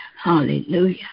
Hallelujah